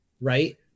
right